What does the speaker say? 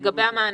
לגבי המענקים.